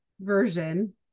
version